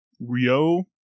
Rio